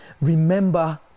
remember